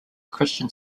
christian